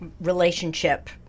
relationship